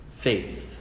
faith